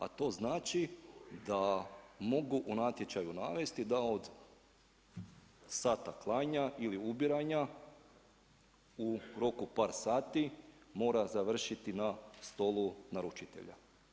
A to znači, da mogu u natječaju navesti, da od sata klanja ili ubiranja u roku par sati mora završiti na stolu naručitelja.